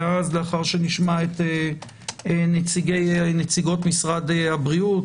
ולאחר שנשמע את נציגות ממשרד הבריאות,